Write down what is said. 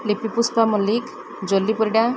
Lipu Pushpa Mallick Jolly Parida